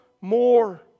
more